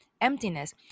emptiness